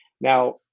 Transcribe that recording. Now